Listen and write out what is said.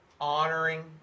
honoring